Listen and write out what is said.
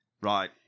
Right